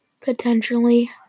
potentially